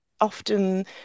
often